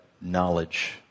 knowledge